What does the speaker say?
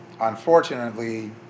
unfortunately